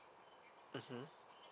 mmhmm